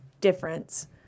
difference